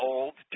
Old